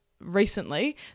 recently